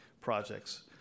projects